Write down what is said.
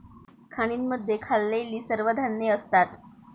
खाणींमध्ये खाल्लेली सर्व धान्ये असतात